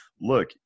look